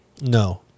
no